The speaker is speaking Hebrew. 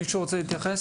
מישהו רוצה להתייחס?